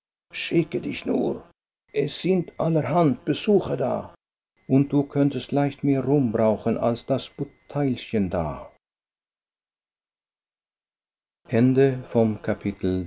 schicke dich nur es sind allerhand besuche da und du könntest leicht mehr rum brauchen als das bouteillchen da